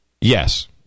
yes